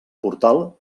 portal